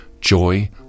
joy